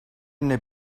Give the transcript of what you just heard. n’est